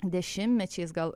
dešimtmečiais gal